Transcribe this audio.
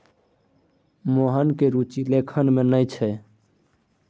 मोहनक रुचि लेखन मे नहि छै